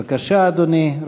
בבקשה, אדוני.